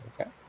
Okay